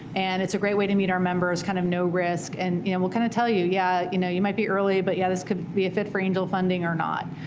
and it's a great way to meet our members, kind of no-risk. and and we'll kind of tell you, yeah, you know you might be early, but yeah, this could be a fit for angel funding or not.